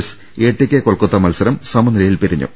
ഴ്സ് A T K Kolkata മത്സരം സമനിലയിൽ പിരിഞ്ഞു